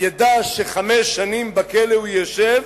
ידע שחמש שנים בכלא הוא ישב,